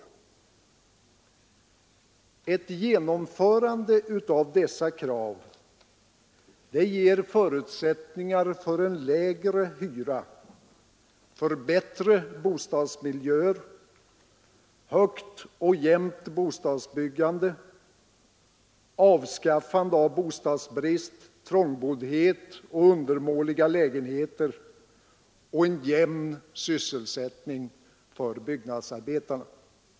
Ett genomförande av dessa krav ger förutsättningar för lägre hyra, för bättre bostadsmiljöer, högt och jämnt bostadsbyggande, avskaffande av bostadsbrist, trångboddhet och undermåliga lägenheter samt en jämn sysselsättning för byggnadsarbetarna.